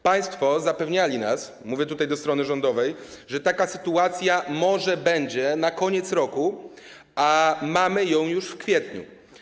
Państwo zapewniali nas - mówię tutaj do strony rządowej - że taka sytuacja będzie może na koniec roku, a mamy ją już w kwietniu.